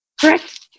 Correct